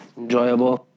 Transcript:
enjoyable